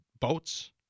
boats